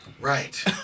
Right